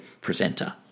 presenter